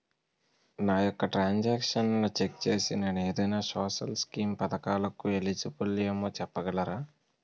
నా యెక్క ట్రాన్స్ ఆక్షన్లను చెక్ చేసి నేను ఏదైనా సోషల్ స్కీం పథకాలు కు ఎలిజిబుల్ ఏమో చెప్పగలరా?